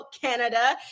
canada